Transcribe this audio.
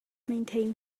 maintain